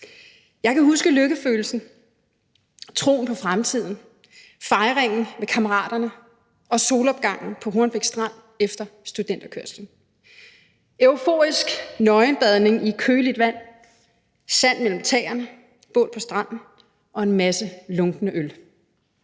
Jeg kan huske lykkefølelsen, troen på fremtiden, fejringen med kammeraterne, solopgangen på Hornbæk Strand efter studenterkørslen, euforisk nøgenbadning i køligt vand, sand mellem tæerne, bål på stranden og en masse lunkne øl.